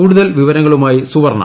കൂടുതൽ വിവരങ്ങളുമായി സുവർണ്ണ